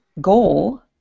goal